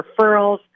referrals